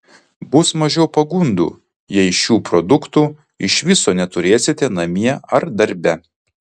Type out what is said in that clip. bus mažiau pagundų jei šių produktų iš viso neturėsite namie ar darbe